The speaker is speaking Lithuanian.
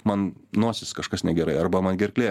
man nosis kažkas negerai arba man gerklė